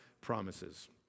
promises